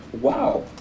Wow